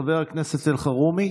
חבר הכנסת אלחרומי